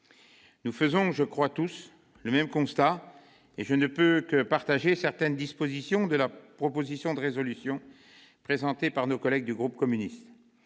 Nous faisons tous, me semble-t-il, le même constat. Je ne peux que partager certaines dispositions de la proposition de résolution présentée par nos collègues du groupe communiste.